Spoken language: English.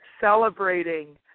celebrating